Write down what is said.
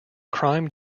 crime